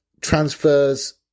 transfers